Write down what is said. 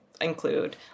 include